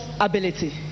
ability